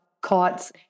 caught